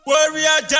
Warrior